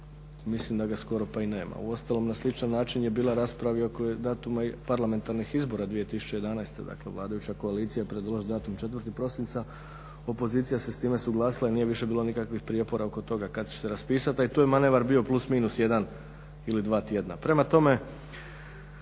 mislim da ga skoro pa i nema. Uostalom na sličan način je bila rasprava i oko datuma parlamentarnih izbora 2011. Dakle, vladajuća koalicija je predložila datum 4. prosinca, opozicija se s time suglasila i nije više bilo nikakvih prijepora oko toga kad će se raspisati. Tu je manevar bio plus, minus 1 ili dva tjedna.